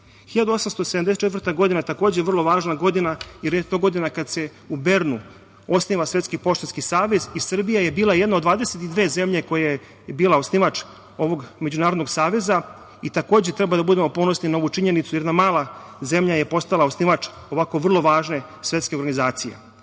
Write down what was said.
1874. je takođe vrlo važna godina, jer je to godina kada se u Bernu osniva Svetski poštanski savez i Srbija je bila jedna od 22 zemlje koja je bila osnivač ovog međunarodnog saveza i treba da budemo ponosni na ovu činjenicu – jedna mala zemlja je postala osnivač ovako vrlo važne svetske organizacije. Danas